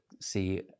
see